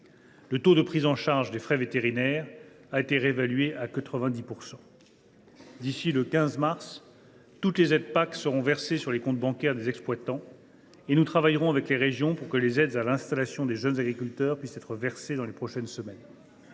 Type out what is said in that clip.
Le taux de prise en charge des frais vétérinaires a été réévalué à 90 %.« D’ici au 15 mars prochain, toutes les aides PAC seront versées sur les comptes bancaires des exploitants, et nous travaillerons avec les régions pour que les aides à l’installation des jeunes agriculteurs soient versées dans les prochaines semaines.